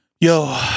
Yo